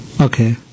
Okay